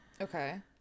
okay